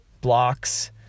blocks